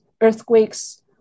earthquakes